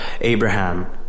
Abraham